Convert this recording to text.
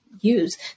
use